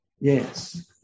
yes